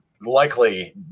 likely